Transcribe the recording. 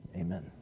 amen